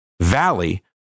Valley